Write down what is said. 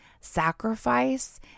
sacrifice